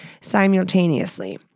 simultaneously